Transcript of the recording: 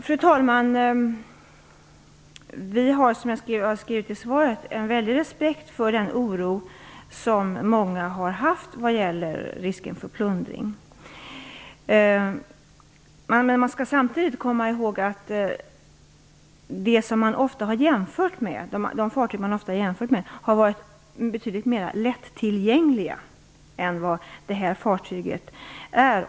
Fru talman! Som jag sade i svaret har vi en väldig respekt för den oro som många har känt vad gäller risken för plundring. Samtidigt skall man komma ihåg att de fartyg som man ofta har jämfört med har varit betydligt mer lättillgängliga än vad detta fartyg är.